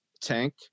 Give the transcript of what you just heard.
Tank